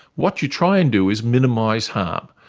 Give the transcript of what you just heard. what you try and do is minimise harm.